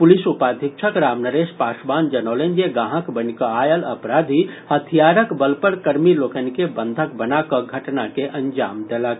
police उपाधीक्षक रामनरेश पासवान जनौलनि जे गांहक बनि कऽ आयल अपराधी हथियारक बलपर कर्मी लोकनि के बंधक बना कऽ घटना के अंजाम देलक